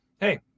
hey